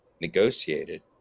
negotiated